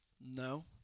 No